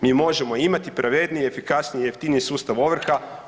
Mi možemo imati pravednije, efikasnije i jeftiniji sustav ovrha.